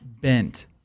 bent